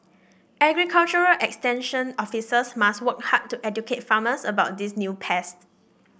agriculture extension officers must work hard to educate farmers about these new pests